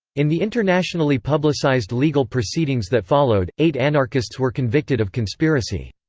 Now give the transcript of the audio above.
in the internationally publicized legal proceedings that followed, eight anarchists were convicted of conspiracy.